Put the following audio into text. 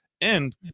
And-